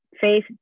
faith